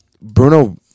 Bruno